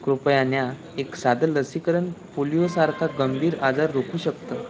कृपया न्या एक साधं लसीकरण पोलिओसारखा गंभीर आजार रोखू शकतं